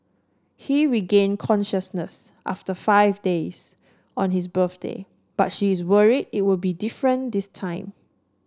he regain consciousness after five days on his birthday but she is worry it would be different this time